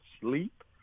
sleep